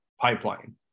pipeline